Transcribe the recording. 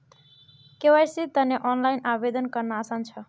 केवाईसीर तने ऑनलाइन आवेदन करना आसान छ